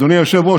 אדוני היושב-ראש,